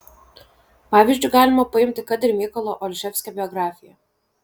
pavyzdžiu galima paimti kad ir mykolo olševskio biografiją